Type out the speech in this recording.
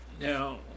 Now